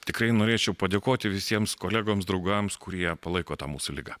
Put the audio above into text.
tikrai norėčiau padėkoti visiems kolegoms draugams kurie palaiko tą mūsų ligą